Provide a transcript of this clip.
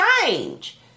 change